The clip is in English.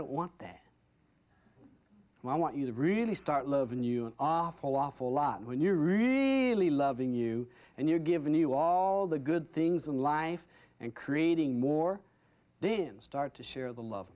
don't want that and i want you to really start loving you are fall off a lot when you're really loving you and your given you all the good things in life and creating more then start to share the love